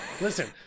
Listen